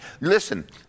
listen